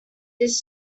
this